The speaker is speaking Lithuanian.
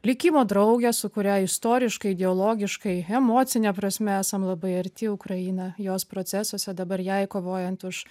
likimo draugę su kuria istoriškai ideologiškai emocine prasme esam labai arti ukraina jos procesuose dabar jai kovojant už